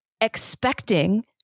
expecting